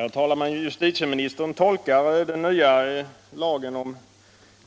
Herr talman! Justitieministern tolkar den nya lagen om